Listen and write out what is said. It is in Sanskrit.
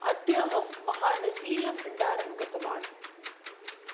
अद्य अहं महानसीयभण्डारं गतवान्